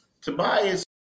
Tobias